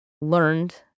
learned